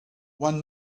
one